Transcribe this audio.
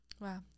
wow